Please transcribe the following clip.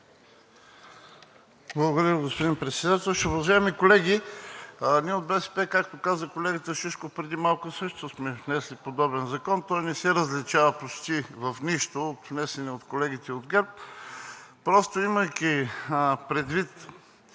Благодаря, господин Председател. Уважаеми колеги, ние от БСП, както каза колегата Шишков преди малко, също сме внесли подобен законопроект. Той не се различава почти в нищо от внесения от колегите от ГЕРБ. Просто имайки предвид